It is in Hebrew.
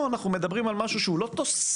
אנחנו מדברים על משהו שהוא לא תוספת,